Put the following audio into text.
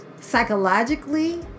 psychologically